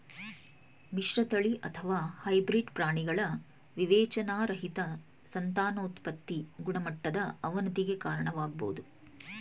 ಮಿಶ್ರತಳಿ ಅಥವಾ ಹೈಬ್ರಿಡ್ ಪ್ರಾಣಿಗಳ ವಿವೇಚನಾರಹಿತ ಸಂತಾನೋತ್ಪತಿ ಗುಣಮಟ್ಟದ ಅವನತಿಗೆ ಕಾರಣವಾಗ್ಬೋದು